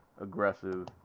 aggressive